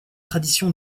tradition